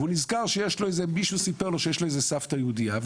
הוא נזכר שמישהו סיפר לו שיש לו איזו סבתא יהודייה,